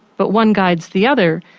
but one guides the other.